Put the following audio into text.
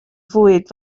fwyd